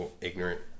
Ignorant